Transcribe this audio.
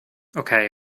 okay